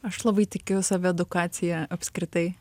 aš labai tikiu saviedukacija apskritai